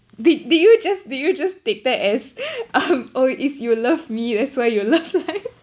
did did you just did you just take that as um or is you love me that's why you love life